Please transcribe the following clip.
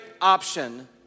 option